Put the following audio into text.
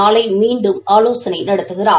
நாளை மீண்டும் ஆலோசனை நடத்துகிறார்